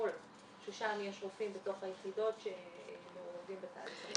מאלכוהול ששם יש רופאים בתוך היחידות שמעורבים בתהליך.